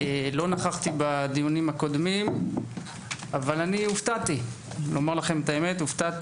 לא נכחתי בדיונים הקודמים אבל הופתעתי לראות,